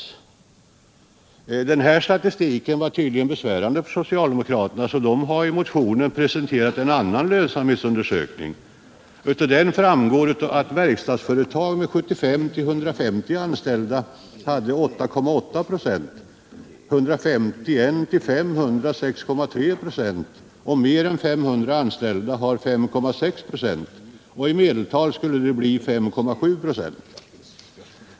Den här statistiken var tydligen besvärande för socialdemokraterna, varför de i motionen presenterat en lönsamhetsundersökning. Av denna framgår att avkastningen i verkstadsföretag med 75-150 anställda är 8,8 96, i företag med 151-500 anställda är 6,3 96 och i företag med mer än 500 anställda är den 5,6 96. I medeltal blir det 5,7 96.